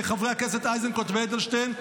חברי הכנסת איזנקוט ואדלשטיין,